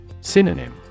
Synonym